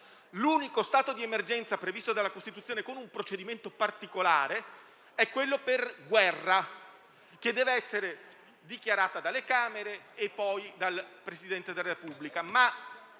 L'unico stato di emergenza previsto dalla Costituzione con un procedimento particolare è quello in caso di guerra, che dev'essere dichiarata dalle Camere e poi dal Presidente della Repubblica,